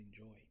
enjoy